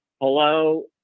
hello